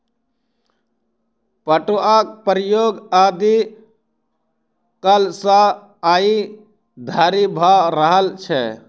पटुआक प्रयोग आदि कालसँ आइ धरि भ रहल छै